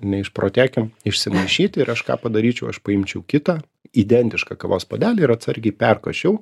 neišprotėkim išsimaišyti ir aš ką padaryčiau aš paimčiau kitą identišką kavos puodelį ir atsargiai perkoščiau